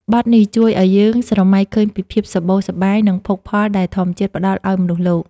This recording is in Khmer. បទនេះជួយឱ្យយើងស្រមៃឃើញពីភាពសម្បូរសប្បាយ និងភោគផលដែលធម្មជាតិផ្ដល់ឱ្យមនុស្សលោក។